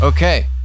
Okay